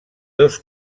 dos